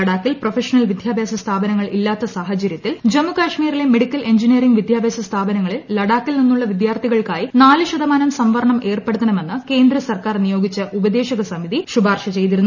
ലഡാക്കിൽ പ്രൊഫഷണൽ വിദ്യാഭ്യാസ സ്ഥാപനങ്ങൾ ഇല്ലാത്ത സാഹചര്യത്തിൽ ജമ്മുകശ്മീരിലെ മെഡിക്കൽ എൻജിനീയറിങ് വിദ്യാഭ്യാസ സ്ഥാപനങ്ങളിൽ ലഡാക്കിൽ നിന്നുള്ള വിദ്യാർഥികൾക്കായി നാലു ശതമാനം സംവരണം ഏർപ്പെടുത്തണമെന്ന് കേന്ദ്ര സർക്കാർ നിയോഗിച്ച ഉപദേശക സമിതി ശുപാർശ ചെയ്തിരുന്നു